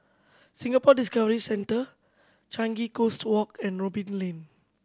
Singapore Discovery Centre Changi Coast Walk and Robin Lane